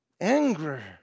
anger